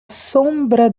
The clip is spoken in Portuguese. sombra